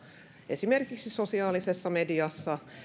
esimerkiksi sosiaalisessa mediassa